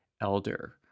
elder